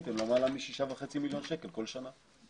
למעלה משישה וחצי מיליון שקל כול שנה.